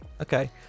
okay